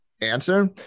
answer